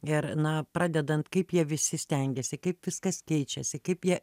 ir na pradedant kaip jie visi stengiasi kaip viskas keičiasi kaip jie